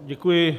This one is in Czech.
Děkuji.